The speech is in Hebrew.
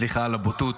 סליחה על הבוטות.